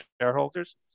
shareholders